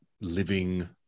living